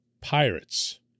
pirates